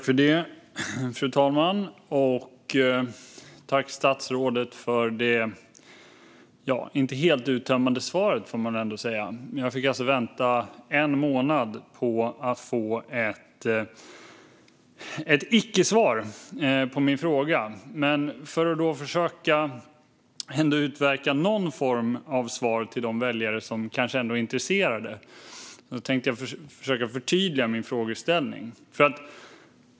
Fru talman! Tack, statsrådet, för det inte helt uttömmande svaret, får man väl ändå säga. Jag fick alltså vänta en månad på att få ett icke-svar på min fråga. Men för att ändå försöka utverka någon form av svar till de väljare som kanske är intresserade tänkte jag förtydliga min frågeställning.